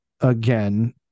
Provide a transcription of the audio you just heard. again